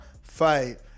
fight